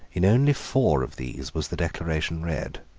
in only four of these was the declaration read.